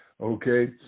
okay